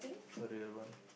a real one